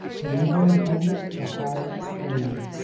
for the more you bend it the higher it springs.